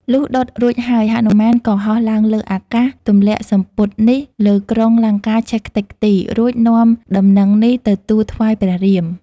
លុះដុតរួចហើយហនុមាន ក៏ហោះឡើងលើអាកាសទម្លាក់សំពត់នេះលើក្រុងលង្កាឆេះខ្ទេចខ្ទីរ រួចនាំដំណឹងនេះទៅទូលថ្វាយព្រះរាម។